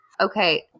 Okay